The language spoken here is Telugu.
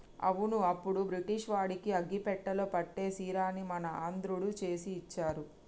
అవును అప్పుడు బ్రిటిష్ వాడికి అగ్గిపెట్టెలో పట్టే సీరని మన ఆంధ్రుడు చేసి ఇచ్చారు